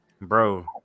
Bro